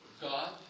God